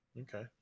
Okay